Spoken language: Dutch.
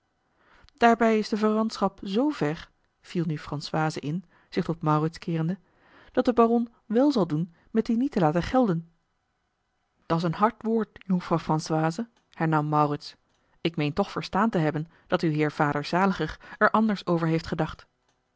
daarbij is de verwantschap zoo vér viel nu françoise in zich tot maurits keerende dat de baron wèl zal doen met die niet te laten gelden dat's een hard woord jonkvrouw françoise hernam maurits ik meen toch verstaan te hebben dat uw heer vader zaliger er anders over heeft gedacht